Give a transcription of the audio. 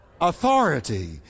authority